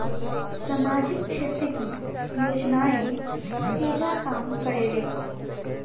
सामाजिक क्षेत्र की योजनाएं केगा काम करेले?